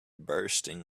bursting